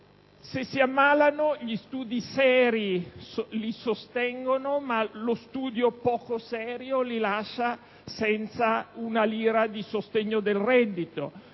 Se si ammalano, gli studi seri li sostengono, mentre gli studi meno seri li lasciano senza una lira di sostegno del reddito.